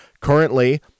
Currently